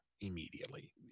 immediately